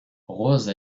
rose